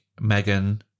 Megan